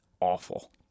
awful